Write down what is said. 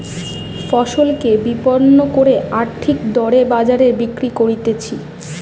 ফসলকে বিপণন করে আর ঠিক দরে বাজারে বিক্রি করতিছে